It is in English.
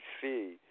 fee